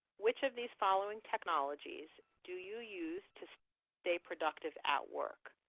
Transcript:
which of these following technologies do you use to stay productive at work?